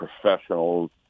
professionals